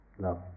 love